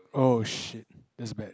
oh shit that's bad